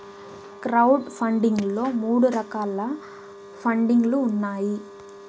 crowd funding లో మూడు రకాల పండింగ్ లు ఉన్నాయి